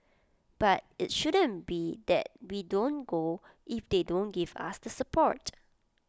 but IT shouldn't be that we don't go if they don't give us the support